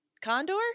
Condor